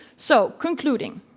so, concluding,